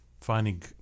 finding